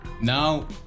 Now